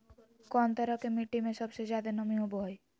कौन तरह के मिट्टी में सबसे जादे नमी होबो हइ?